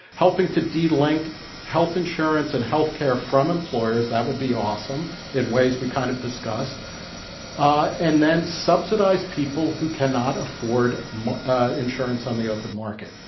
helping to delink health insurance and healthcare from employers that would be awesome in ways we kind of discussed ah and then subsidize people who cannot afford ah insurance on the open market.